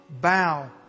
bow